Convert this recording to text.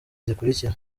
zikurikira